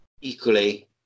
equally